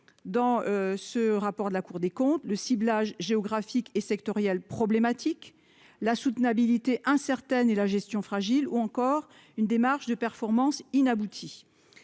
dans ce rapport de la Cour des comptes, le ciblage géographique et sectorielle problématique la soutenabilité incertaine et la gestion fragile ou encore une démarche de performance inabouti